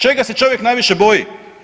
Čega se čovjek najviše boji?